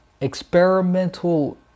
experimental